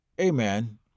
Amen